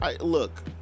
Look